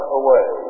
away